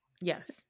Yes